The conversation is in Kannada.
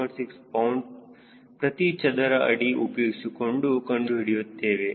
6 ಪೌಂಡ್ ಪ್ರತಿ ಚದರ ಅಡಿ ಉಪಯೋಗಿಸಿಕೊಂಡು ಕಂಡು ಹಿಡಿಯುತ್ತೇವೆ